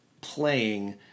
playing